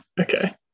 Okay